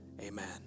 amen